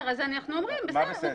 אז אנחנו אומרים בסדר,